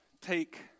take